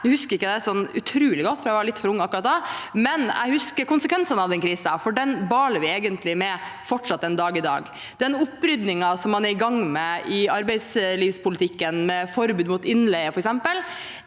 jeg husker konsekvensene av den krisen, for dem baler vi egentlig med fortsatt, den dag i dag. Den oppryddingen man er i gang med i arbeidslivspolitikken, f.eks. med forbud mot innleie, er en